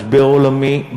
משבר עולמי,